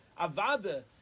Avada